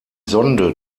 sonde